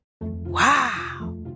Wow